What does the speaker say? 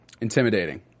Intimidating